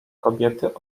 kobiety